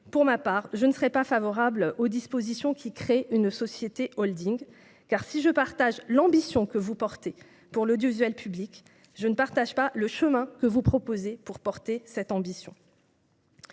Pour ma part, je ne serai pas favorable aux dispositions qui créent une société holding, car, si je partage l'ambition que vous nourrissez pour l'audiovisuel public, je ne partage pas le chemin que vous proposez pour servir cette ambition.